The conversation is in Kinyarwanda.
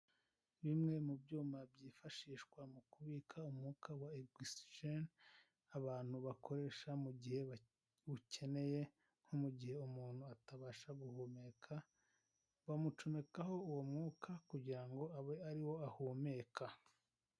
Bimwe mu byuma byifashishwa mu kubika umwuka wa ogisijene, abantu bakoresha mu gihe ba wukeneye, nko mu gihe umuntu atabasha guhumeka bamucomekaho uwo mwuka kugira ngo abe ari wo ahumeka.